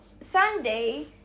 Sunday